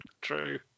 True